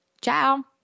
Ciao